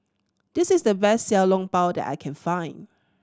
this is the best Xiao Long Bao that I can find